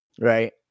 right